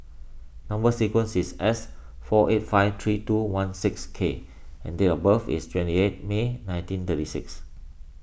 Number Sequence is S four eight five three two one six K and date of birth is twenty eight May nineteen thirty six